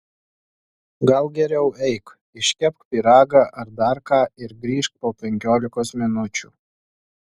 gal geriau eik iškepk pyragą ar dar ką ir grįžk po penkiolikos minučių